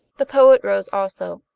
the poet rose also.